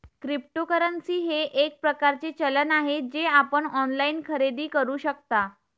cryptocurrency हे एक प्रकारचे चलन आहे जे आपण ऑनलाइन खरेदी करू शकता